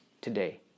today